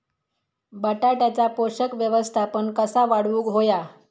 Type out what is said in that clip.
बटाट्याचा पोषक व्यवस्थापन कसा वाढवुक होया?